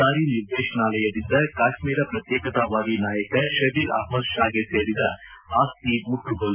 ಜಾರಿ ನಿರ್ದೇಶನಾಲಯದಿಂದ ಕಾಶ್ಮೀರ ಪ್ರತ್ಯೇಕತಾವಾದಿ ನಾಯಕ ಶಬೀರ್ ಅಹಮ್ಮದ್ ಷಾಗೆ ಸೇರಿದ ಆಸ್ತಿ ಮುಟ್ಟುಗೋಲು